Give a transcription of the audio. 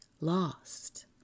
lost